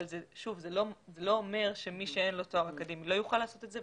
אבל זה לא אומר שמי שאין לו תואר אקדמי לא יוכל לעשות את זה,